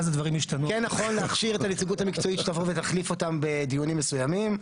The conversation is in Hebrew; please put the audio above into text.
נכון להכשיר את הנציגות המקצועית שתחליף אותם בדיונים מסוימים.